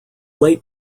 late